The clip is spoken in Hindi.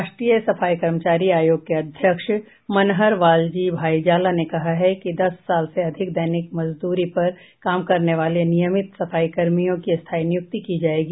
राष्ट्रीय सफाई कर्मचारी आयोग के अध्यक्ष मनहर वालजी भाई जाला ने कहा है कि दस साल से अधिक दैनिक मजदूरी पर काम करने वाले नियमित सफाई कर्मियों की स्थायी नियुक्ति की जायेगी